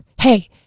Hey